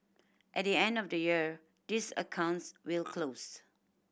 at the end of the year these accounts will close